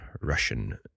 Russian